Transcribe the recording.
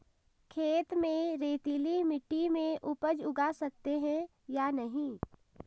खेत में रेतीली मिटी में उपज उगा सकते हैं या नहीं?